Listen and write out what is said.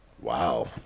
Wow